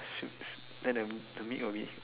soups then the the meat will be